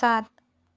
सात